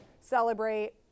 celebrate